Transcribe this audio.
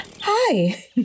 hi